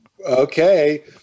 okay